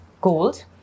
gold